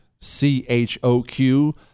C-H-O-Q